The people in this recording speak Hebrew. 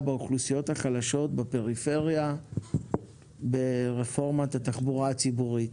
באוכלוסיות החלשות בפריפריה ברפורמת התחבורה הציבורית.